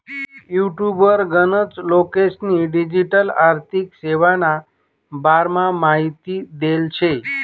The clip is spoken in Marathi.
युटुबवर गनच लोकेस्नी डिजीटल आर्थिक सेवाना बारामा माहिती देल शे